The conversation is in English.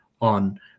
on